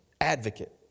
advocate